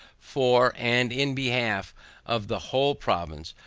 for, and in behalf of the whole province,